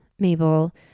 Mabel